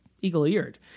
eagle-eared